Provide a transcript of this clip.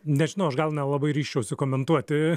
nežinau aš gal nelabai ryžčiausi komentuoti